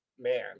Man